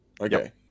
okay